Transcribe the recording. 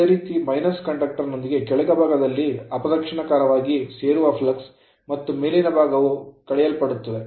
ಅದೇ ರೀತಿ - conductor conductor ನೊಂದಿಗೆ ಕೆಳಭಾಗದಲ್ಲಿ ಅಪ್ರದಕ್ಷಿಣಾಕಾರವಾಗಿ ಸೇರುವ flux ಫ್ಲಕ್ಸ್ ಮತ್ತು ಮೇಲಿನ ಭಾಗವು ಕಳೆಯಲ್ಪಡುತ್ತದೆ